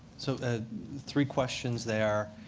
so ah three questions there.